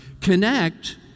connect